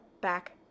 back